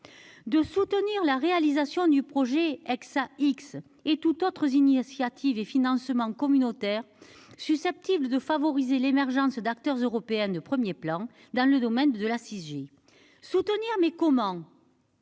de soutenir la réalisation du projet Hexa-X et d'autres initiatives et financements communautaires susceptibles de favoriser l'émergence d'acteurs européens de premier plan dans le domaine de la 6G. Soutenir, mais comment ?